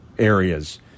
areas